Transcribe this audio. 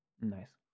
Nice